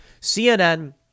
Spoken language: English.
CNN